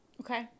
Okay